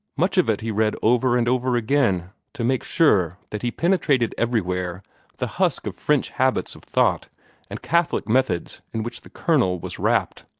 much of it he read over and over again, to make sure that he penetrated everywhere the husk of french habits of thought and catholic methods in which the kernel was wrapped.